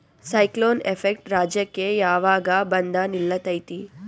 Cyclone effect ರಾಜ್ಯಕ್ಕೆ ಯಾವಾಗ ಬಂದ ನಿಲ್ಲತೈತಿ?